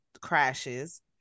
crashes